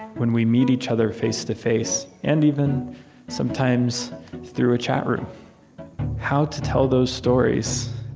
when we meet each other face-to-face, and even sometimes through a chat room how to tell those stories.